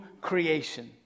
creation